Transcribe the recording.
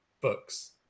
books